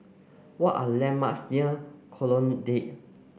what are landmarks near Colonnade